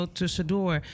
tussendoor